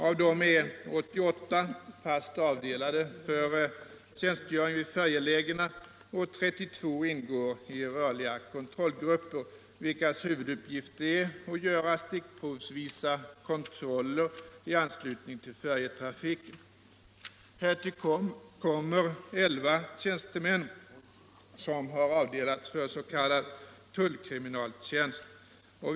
Av dessa är 88 fast avdelade för tjänstgöring vid färjelägena och 32 ingår i rörliga kontrollgrupper, vilkas huvuduppgift är att göra stickprovsvisa kontroller i anslutning till färjetrafiken. Härtill kommer elva tjänstemän som har avdelats för s.k. tullkriminaltjänst.